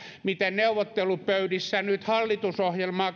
miten neuvottelupöydissä hallitusohjelmaa